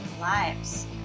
lives